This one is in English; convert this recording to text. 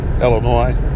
Illinois